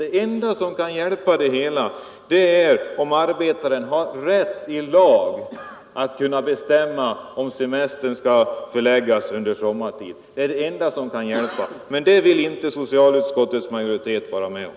Det enda som hjälper är att arbetaren har rätt i lag att bestämma att semestern skall förläggas under sommartid, men det vill inte socialutskottets majoritet vara med om,